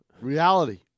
reality